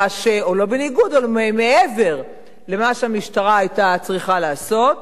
או לא בניגוד אלא מעבר למה שהמשטרה היתה צריכה לעשות,